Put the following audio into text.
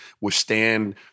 withstand